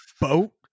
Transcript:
boat